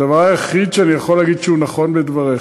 זה הדבר היחיד שאני יכול להגיד שהוא נכון בדבריך,